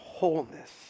wholeness